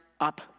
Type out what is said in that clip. up